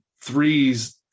threes